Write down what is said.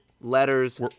letters